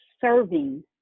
serving